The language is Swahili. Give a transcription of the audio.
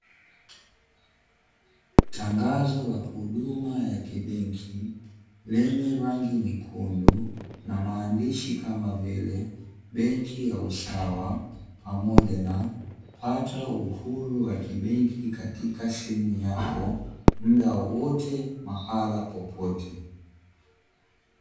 Tangazo la huduma ya kibenki lenye rangi nyekundu, na maandishi kama vile: "Benki ya Usawa, pamoja na pata uhuru wa kibenki katika simu yako", muda wowote, mahala popote.